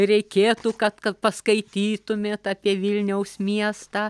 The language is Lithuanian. reikėtų kad kad paskaitytumėt apie vilniaus miestą